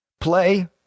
play